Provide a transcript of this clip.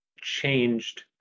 changed